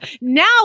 now